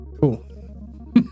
Cool